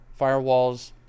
firewalls